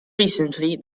recently